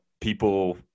people